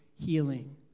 healing